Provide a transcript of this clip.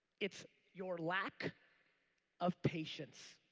it's your lack of patience.